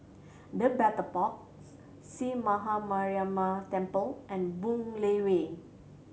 The Battle Box Sree Maha Mariamman Temple and Boon Lay Way